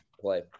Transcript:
play